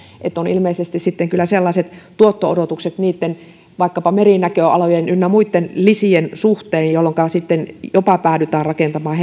on ilmeisesti sellaiset tuotto odotukset vaikkapa niitten merinäköalojen ynnä muitten lisien suhteen jolloinka sitten jopa päädytään rakentamaan